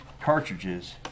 cartridges